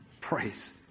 Praise